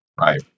Right